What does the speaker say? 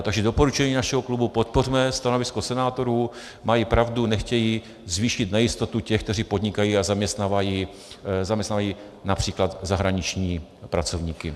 Takže doporučení našeho klubu: podpořme stanovisko senátorů, mají pravdu, nechtějí zvýšit nejistotu těch, kteří podnikají a zaměstnávají například i zahraniční pracovníky.